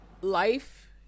life